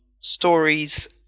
stories